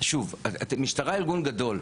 שוב, המשטרה היא ארגון גדול,